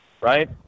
right